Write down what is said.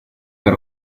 per